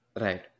Right